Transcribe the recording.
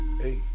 hey